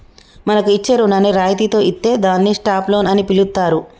మనకు ఇచ్చే రుణాన్ని రాయితితో ఇత్తే దాన్ని స్టాప్ లోన్ అని పిలుత్తారు